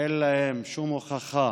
אין להם שום הוכחה